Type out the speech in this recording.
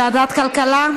לוועדת הכלכלה?